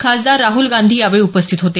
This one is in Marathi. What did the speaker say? खासदार राहुल गांधी यावेळी उपस्थित होते